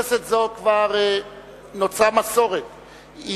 כבר נוצרה מסורת,